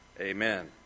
Amen